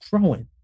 growing